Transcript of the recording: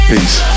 Peace